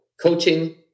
coaching